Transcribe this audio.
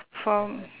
for